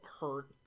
hurt